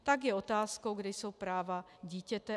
Tak je otázkou, kde jsou práva dítěte.